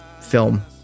film